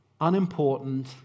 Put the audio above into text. unimportant